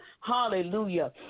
hallelujah